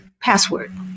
password